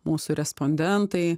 mūsų respondentai